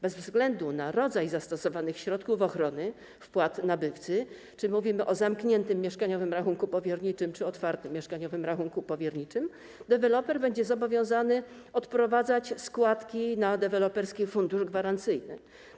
Bez względu na rodzaj zastosowanych środków ochrony wpłat nabywcy - czy mówimy o zamkniętym mieszkaniowym rachunku powierniczym, czy o otwartym mieszkaniowym rachunku powierniczym - deweloper będzie zobowiązany odprowadzać składki na Deweloperski Fundusz Gwarancyjny.